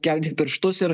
kelti pirštus ir